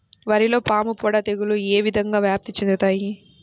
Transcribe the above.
వరిలో పాముపొడ తెగులు ఏ విధంగా వ్యాప్తి చెందుతాయి?